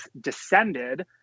descended